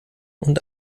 und